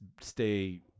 stay